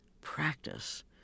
practice